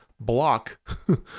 block